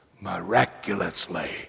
miraculously